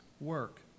work